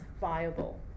viable